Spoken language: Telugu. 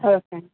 ఓకే అండి